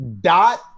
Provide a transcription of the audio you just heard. Dot